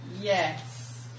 yes